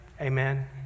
Amen